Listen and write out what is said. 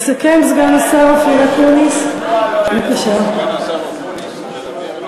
יושב-ראש התנועה, לא, יסכם סגן השר אופיר אקוניס.